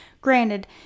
granted